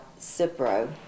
Cipro